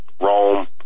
Rome